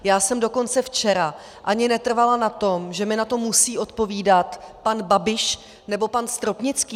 Já jsem dokonce včera ani netrvala na tom, že mi na to musí odpovídat pan Babiš nebo pan Stropnický.